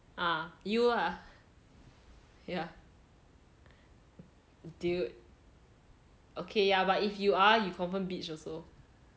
ah you lah yeah dude okay ya but if you are you confirm bitch also